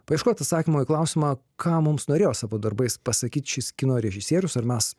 paieškoti atsakymo į klausimą ką mums norėjo savo darbais pasakyt šis kino režisierius ar mes